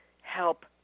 help